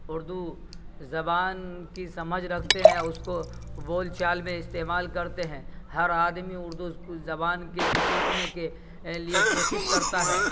اردو زبان کی سمجھ رکھتے ہیں اس کو بول چال میں استعمال کرتے ہیں ہر آدمی اردو زبان کے سیکھنے کے لیے کوشش کرتا ہے